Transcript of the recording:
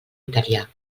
italià